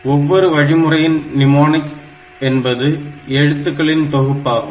ஒவ்வொரு வழிமுறையின் நிமோநிக்ஸ் என்பது எழுத்துக்களின் தொகுப்பாகும்